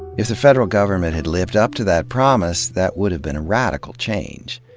if the federal government had lived up to that promise, that would have been a radical change.